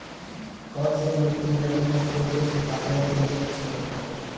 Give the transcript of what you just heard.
कौनसी मिट्टी रबी फसलों के उत्पादन के लिए अच्छी होती है?